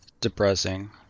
depressing